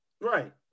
right